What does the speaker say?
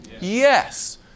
Yes